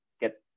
get